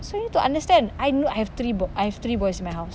so you need to understand I know I have three bo~ I have three boys in my house